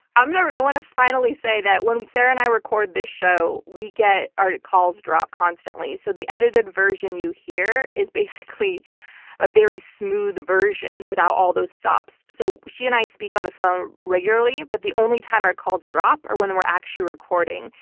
um you know i want to finally say that when sarah and i record this show, we get our calls dropped constantly. so the edited version you hear is basically a very smooth version without all those stops. so she and i speak on the phone regularly, but the only time our calls drop are when we're actually recording,